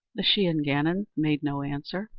the shee an gannon made no answer,